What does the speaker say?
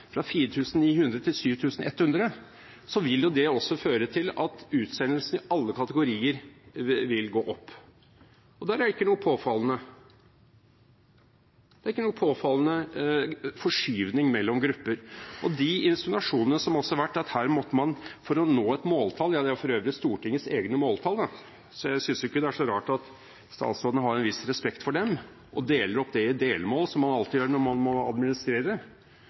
fra 4 900 til 7 100, vil det også føre til at utsendelsen i alle kategorier vil gå opp. Det er ikke påfallende. Det er ingen påfallende forskyvning mellom grupper. Så til insinuasjonene om at man ville nå et måltall: Det er Stortingets egne måltall, så jeg synes ikke det er så rart at statsråden har en viss respekt for dem og deler opp i delmål, som man alltid gjør når man må administrere,